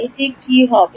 এটা কি হবে